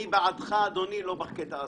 אני בעדך אבל לא עכשיו.